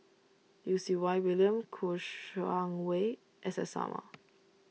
Lim Siew Wai William Kouo Shang Wei S S Sarma